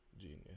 genius